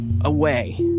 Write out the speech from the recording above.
away